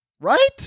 Right